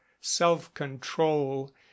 self-control